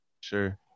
Sure